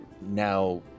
now